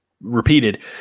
repeated